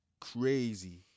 crazy